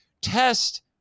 test